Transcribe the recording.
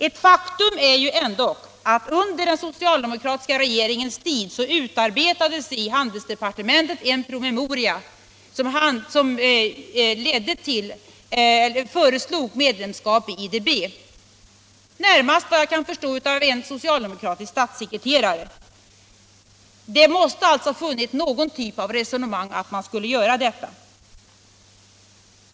Ett faktum är ändock att under den socialdemokratiska regeringens tid utarbetades i handelsdepartementet en promemoria där det föreslogs — vad jag kan förstå närmast av en socialdemokratisk statssekreterare — att Sverige skulle gå med i IDB. Det måste alltså ha förts någon typ av resonemang om att man skulle göra detta.